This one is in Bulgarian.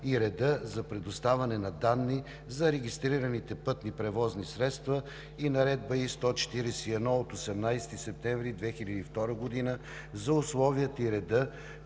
и реда за предоставяне на данни за регистрираните пътни превозни средства и Наредба № I-141 от 18 септември 2002 г. за условията и реда,